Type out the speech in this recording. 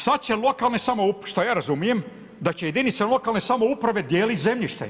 Sad će lokalne samouprave, šta ja razumijem, da će jedinice lokalne samouprave dijeliti zemljište.